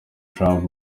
trump